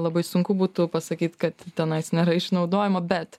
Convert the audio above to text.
labai sunku būtų pasakyt kad tenais nėra išnaudojimo bet